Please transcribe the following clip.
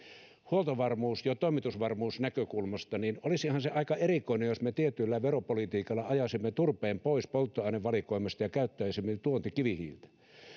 huoltovarmuus ja toimitusvarmuusnäkökulmasta ja olisihan se aika erikoista jos me tietyllä veropolitiikalla ajaisimme turpeen pois polttoainevalikoimasta ja käyttäisimme tuontikivihiiltä